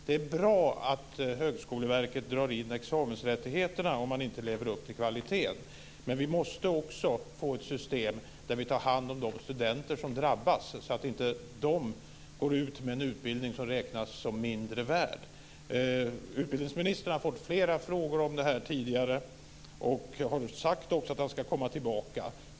Det är bra att Högskoleverket drar in examensrättigheterna om man inte lever upp till det här med kvaliteten. Men vi måste också få ett system där vi tar hand om de studenter som drabbas så att de inte går ut med en utbildning som räknas som mindre värd. Utbildningsministern har fått flera frågor om det här tidigare och har också sagt att han ska komma tillbaka.